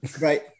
Right